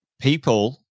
People